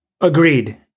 Agreed